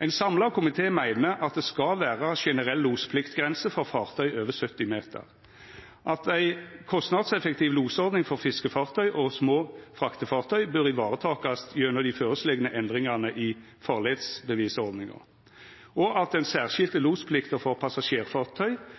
Ein samla komité meiner at det skal vera generell lospliktgrense for fartøy over 70 meter at ei kostnadseffektiv losordning for fiskefartøy og små fraktefartøy bør varetakast gjennom dei føreslegne endringane i farleisbevisordninga at den særskilte losplikta for passasjerfartøy